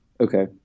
okay